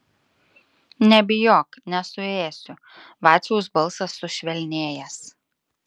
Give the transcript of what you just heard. nebijok nesuėsiu vaciaus balsas sušvelnėjęs